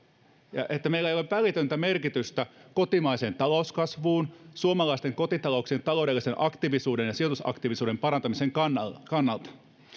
että näillä ei ole välitöntä merkitystä kotimaiseen talouskasvuun suomalaisten kotitalouksien taloudellisen aktiivisuuden ja sijoitusaktiivisuuden parantamisen kannalta kannalta